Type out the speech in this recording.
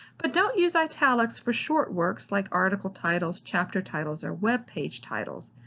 but don't use italics for short works like article titles, chapter titles, or webpage titles.